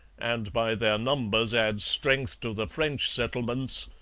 and by their numbers add strength to the french settlements,